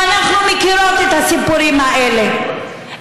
ואנחנו מכירות את הסיפורים האלה,